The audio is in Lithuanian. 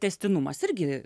tęstinumas irgi